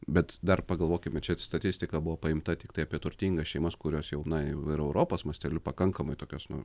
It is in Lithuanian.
bet dar pagalvokime čia statistika buvo paimta tiktai apie turtingas šeimas kurios jau na ir europos masteliu pakankamai tokios nu